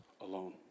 alone